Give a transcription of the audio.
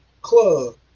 club